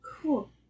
Cool